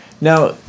Now